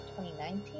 2019